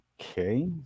okay